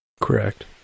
Correct